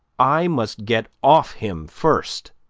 i must get off him first,